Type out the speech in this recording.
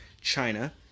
China